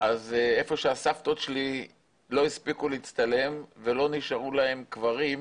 איפה שהסבתות שלי לא הספיקו להצטלם ולא נשארו להם קברים,